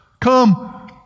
Come